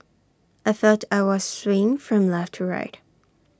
I felt I was swaying from left to right